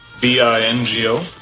B-I-N-G-O